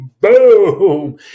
Boom